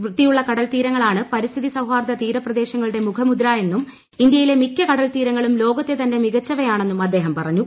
വൃത്തിയുള്ള കടൽ തീരങ്ങൾ ആണ് പരിസ്ഥിതി സൌഹാർദ്ദ തീര പ്രദേശങ്ങളുടെ മുഖമുദ്ര എന്നും ഇന്തൃയിലെ മിക്ക കടൽത്തീരങ്ങളും ലോകത്തെ തന്നെ മികച്ചവയാണെന്നും അദ്ദേഹം പറഞ്ഞു